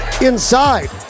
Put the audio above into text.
inside